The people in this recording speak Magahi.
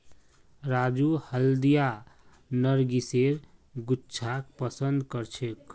राजू हल्दिया नरगिसेर गुच्छाक पसंद करछेक